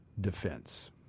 defense